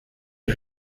est